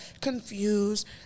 confused